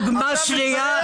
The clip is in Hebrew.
קדושת החיים,